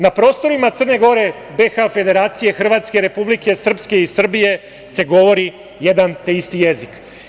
Na prostorima Crne Gore, BiH Federacije, Hrvatske, Republike Srpske i Srbije se govori jedan te isti jezik.